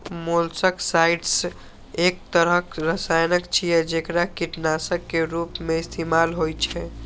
molluscicides एक तरहक रसायन छियै, जेकरा कीटनाशक के रूप मे इस्तेमाल होइ छै